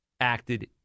acted